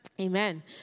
Amen